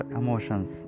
emotions